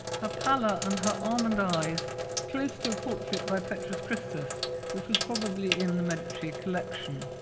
her pallor and her almond eyes close to a portrait by petrus christus which was probably in the medici collection.